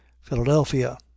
Philadelphia